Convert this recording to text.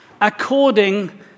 according